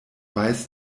weiß